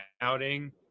outing